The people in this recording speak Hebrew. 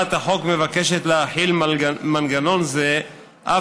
הצעת החוק מבקשת להחיל מנגנון זה על